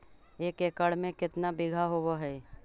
एक एकड़ में केतना बिघा होब हइ?